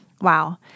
Wow